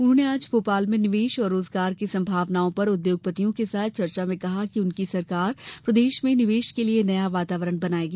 उन्होंने आज भोपाल में निवेश और रोजगार की संभावनाओं पर उद्योगपतियों के साथ चर्चा में कहा कि उनकी सरकार प्रदेश में निवेश के लिये नया वातावरण बनायेगी